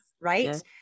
right